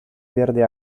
verde